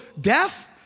deaf